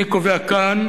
אני קובע כאן,